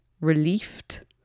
relieved